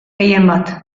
gehienbat